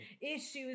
issues